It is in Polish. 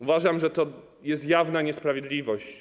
Uważam, że to jest jawna niesprawiedliwość.